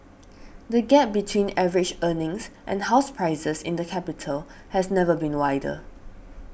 the gap between average earnings and house prices in the capital has never been wider